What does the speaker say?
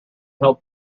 held